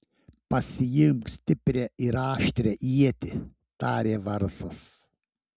pasiimk stiprią ir aštrią ietį tarė varsas